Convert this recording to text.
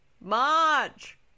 March